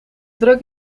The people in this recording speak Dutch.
drug